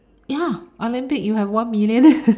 ya Olympic you have one million